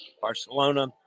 Barcelona